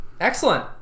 excellent